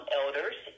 elders